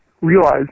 realize